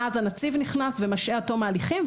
ואז הנציב נכנס ומשעה עד תום ההליכים,